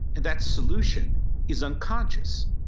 and that solution is unconscious.